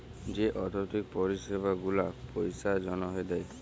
যে আথ্থিক পরিছেবা গুলা পইসার জ্যনহে দেয়